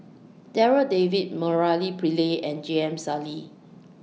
Darryl David Murali Pillai and J M Sali